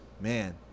man